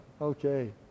okay